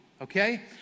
okay